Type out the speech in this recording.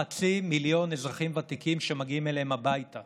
חצי מיליון אזרחים ותיקים שמגיעים אליהם הביתה